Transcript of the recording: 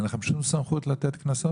אין לכם שום סמכות לתת קנסות?